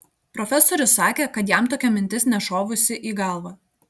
profesorius sakė kad jam tokia mintis nešovusi į galvą